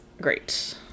great